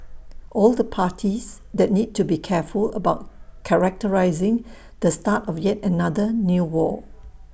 all the parties that need to be careful about characterising the start of yet another new war